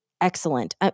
excellent